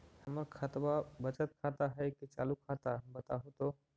हमर खतबा बचत खाता हइ कि चालु खाता, बताहु तो?